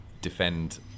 defend